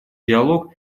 диалог